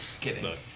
kidding